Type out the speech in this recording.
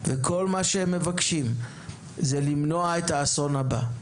וכל מה שהם מבקשים זה למנוע את האסון הבא.